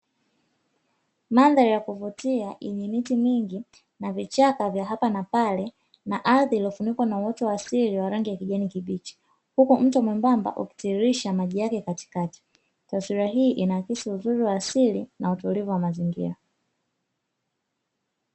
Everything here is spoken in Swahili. Mandhari ya kuvutia yenye miti mingi na vichaka vya hapa na pale, na ardhi iliyofunikwa na uoto wa asili wenye rangi ya kijani kibichi, huku mto mwembamba ukitiririsha maji yake katikati. Taswira hii inaakisi uzuri wa asili na utulivu wa mazingira.